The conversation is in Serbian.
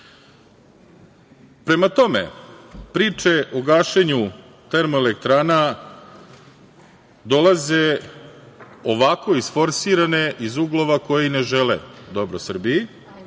tome, priče o gašenju termoelektrana dolaze ovako isforsirane iz uglova koji ne žele dobro Srbiji.